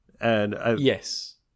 Yes